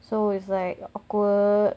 so is like awkward